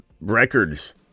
records